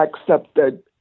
accepted